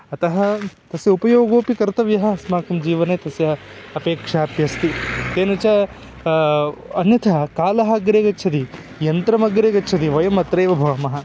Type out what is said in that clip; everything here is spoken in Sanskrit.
अतः तस्य उपयोगोऽपि कर्तव्यः अस्माकं जीवने तस्य अपेक्षाप्यस्ति तेन च अन्यथा कालः अग्रे गच्छति यन्त्रमग्रे गच्छति वयम् अत्रैव भवामः